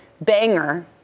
banger